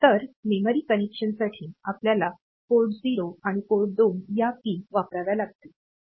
तर मेमरी कनेक्शनसाठीआपल्याला पोर्ट 0 आणि पोर्ट 2 या पिन वापराव्या लागतील